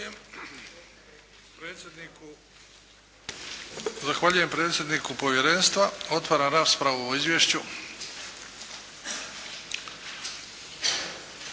Zahvaljujem predsjedniku povjerenstva. Otvaram raspravu o ovom izvješću.